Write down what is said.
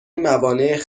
موانع